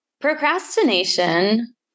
Procrastination